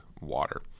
water